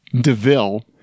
DeVille